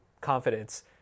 confidence